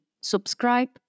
Subscribe